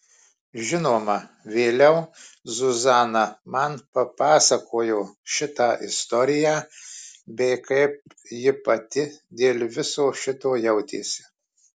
žinoma vėliau zuzana man papasakojo šitą istoriją bei kaip ji pati dėl viso šito jautėsi